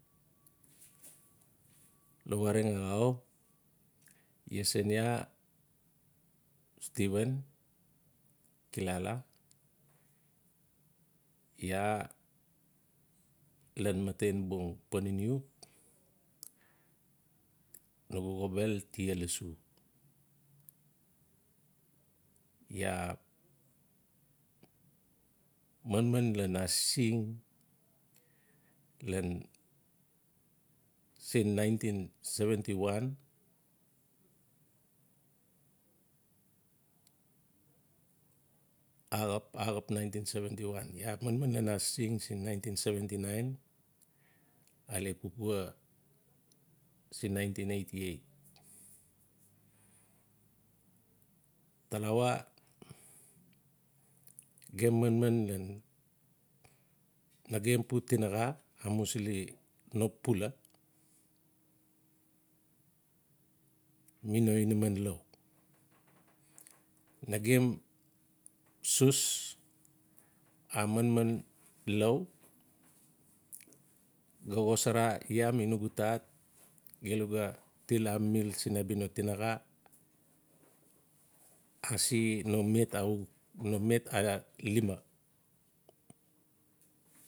Lawareng xaau. iesen iaa steven kilala iaa ian matenbung pananiu. Nugu xobel tia lossu. Iaa manman ian asising ian siin nineteen seventy one. axap-axap nineteen seventy one. laa manman ian asising siin nineteen seventy nine ale papua sii nineteen eighty eight. talawa gem manman ian nagem pu tinaxa amusili no pula, ga xosar iaa mi nugu tat gelu ga til amimil sii abia no tinaxa. Ase no met axuk no met a lima.